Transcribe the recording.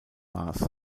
mars